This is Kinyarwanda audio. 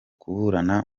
kuburana